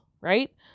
right